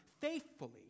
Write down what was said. faithfully